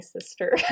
sister